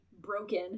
broken